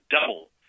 double